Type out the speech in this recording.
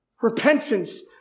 Repentance